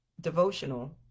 devotional